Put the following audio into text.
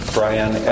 Brian